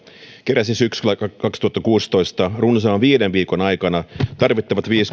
keräsi syksyllä kaksituhattakuusitoista runsaan viiden viikon aikana tarvittavat viisikymmentätuhatta